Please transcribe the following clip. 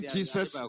Jesus